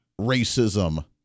racism